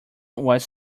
was